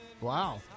Wow